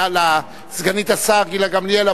לסגנית השר גילה גמליאל,